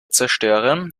zerstören